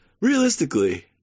Realistically